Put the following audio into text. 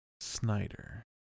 Snyder